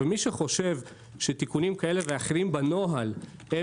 ומי שחושב שתיקונים כאלה ואחרים בנוהל הם